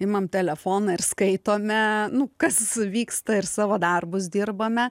imam telefoną ir skaitome nu kas vyksta ir savo darbus dirbame